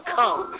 come